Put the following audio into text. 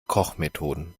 kochmethoden